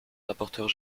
rapporteure